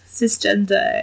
cisgender